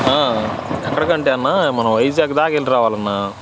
ఆ ఎక్కడికంటే అన్నా మనం వైజాగ్ దాక వెళ్ళి రావాలన్నా